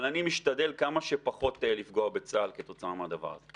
אבל אני משתדל כמה שפחות לפגוע בצה"ל כתוצאה מהדבר הזה.